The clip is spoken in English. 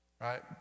right